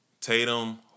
Tatum